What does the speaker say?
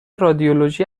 رادیولوژی